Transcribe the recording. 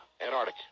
Antarctic